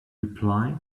reply